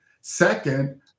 Second